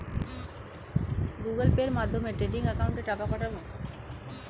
Google পের মাধ্যমে trading একাউন্টে টাকা পাঠাবো?